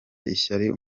ishyari